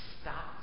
stop